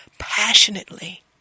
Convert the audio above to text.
passionately